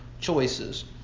choices